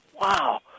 wow